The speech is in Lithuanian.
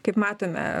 kaip matome